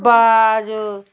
ਬਾਜ